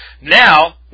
Now